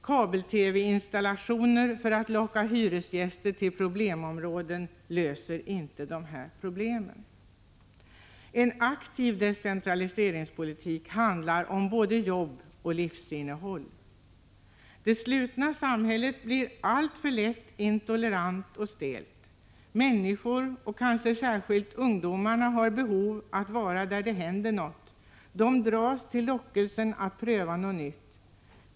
Kabel-TV-installationer för att locka hyresgäster till problemområden löser inte problemen där. En aktiv decentraliseringspolitik handlar om både jobb och livsinnehåll. Det slutna samhället blir alltför lätt intolerant och stelt. Människor, kanske särskilt ungdomarna, har behov av att vara där det händer något, de dras till lockelsen att pröva något nytt.